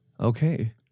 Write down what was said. Okay